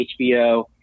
hbo